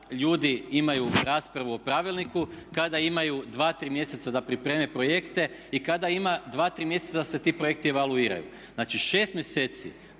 ljudi imaju raspravu o pravilniku, kada imaju 2, 3 mjeseca da pripreme projekte i kada ima 2, 3 mjeseca da se ti projekti evaluiraju. Znači 6 mjeseci